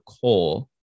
coal